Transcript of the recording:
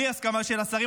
בלי הסכמה של השרים,